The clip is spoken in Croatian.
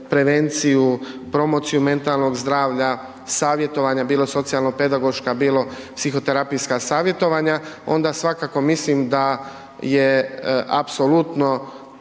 prevenciju, promociju mentalnog zdravlja, savjetovanja bilo socijalno-pedagoška bilo psihoterapijska savjetovanja onda svakako mislim da je apsolutno